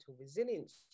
resilience